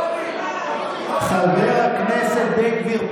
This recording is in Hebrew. חבר הכנסת בן גביר,